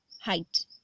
height